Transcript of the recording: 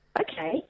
Okay